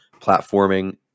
platforming